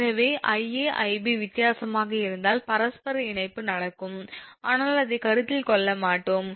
எனவே 𝐼𝑎 𝐼𝑏 வித்தியாசமாக இருந்தால் பரஸ்பர இணைப்பு நடக்கும் ஆனால் அதை கருத்தில் கொள்ள மாட்டோம்